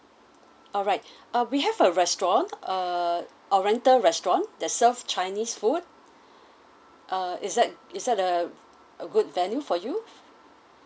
alright uh we have a restaurant err oriental restaurant that serve chinese food uh is that is that a a good value for you